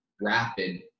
rapid